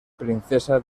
princesa